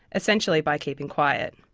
essentially by keeping quiet.